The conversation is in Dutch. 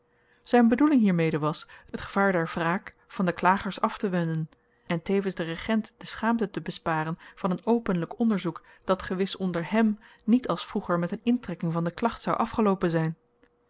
zyn bedoeling hiermede was t gevaar der wraak van de klagers aftewenden en tevens den regent de schaamte te besparen van een openlyk onderzoek dat gewis onder hèm niet als vroeger met een intrekking van de klacht zou afgeloopen zyn